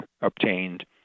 obtained